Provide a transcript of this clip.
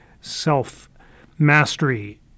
self-mastery